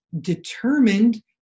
determined